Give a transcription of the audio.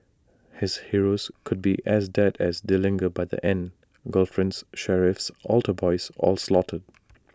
his heroes could be as dead as Dillinger by the end girlfriends sheriffs altar boys all slaughtered